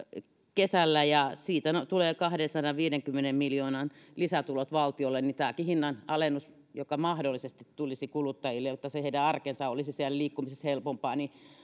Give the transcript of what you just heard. kesällä ja siitä tulee kahdensadanviidenkymmenen miljoonan lisätulot valtiolle niin tämäkin hinnanalennus joka mahdollisesti tulisi kuluttajille jotta se heidän arkensa olisi siellä liikkumisessa helpompaa